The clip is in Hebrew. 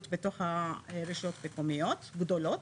בתוך הרשויות המקומיות הגדולות,